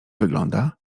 wygląda